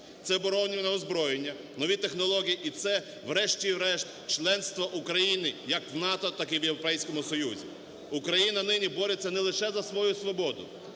Це оборонне озброєння, нові технології і це, врешті-решт, членство України як в НАТО, так і в Європейському Союзі. Україна нині бореться не лише за свою свободу,